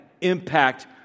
impact